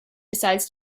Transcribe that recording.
decides